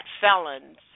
felons